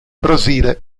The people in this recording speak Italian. brasile